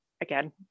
again